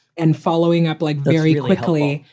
and following up like very quickly,